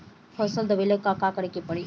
फसल दावेला का करे के परी?